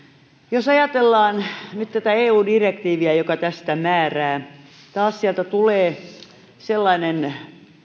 jos ajatellaan nyt tätä eu direktiiviä joka tästä määrää taas sieltä tulee sellainen